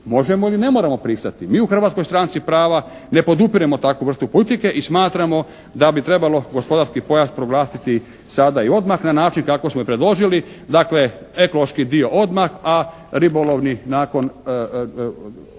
možemo ili ne moramo pristati. Mi u Hrvatskoj stranci prava ne podupiremo takvu vrstu politike i smatramo da bi trebalo gospodarski pojas proglasiti sada i odmah na način kako smo i predložili. Dakle, ekološki dio odmah a ribolovni nakon